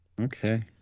Okay